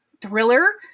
thriller